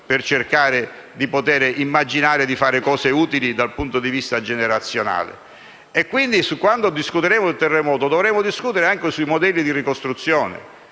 dei traumi per poter immaginare di fare cose utili dal punto di vista generazionale. Quindi, quando discuteremo del terremoto, dovremo discutere anche dei modelli di ricostruzione,